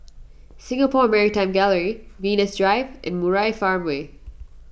Singapore Maritime Gallery Venus Drive and Murai Farmway